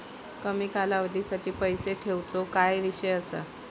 कमी कालावधीसाठी पैसे ठेऊचो काय विषय असा?